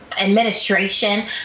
administration